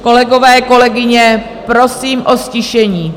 Kolegové, kolegyně, prosím o ztišení.